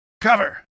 Cover